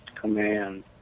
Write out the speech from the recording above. command